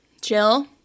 Jill